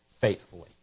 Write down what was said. faithfully